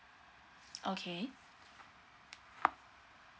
okay